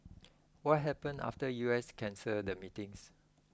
what happened after US cancelled the meetings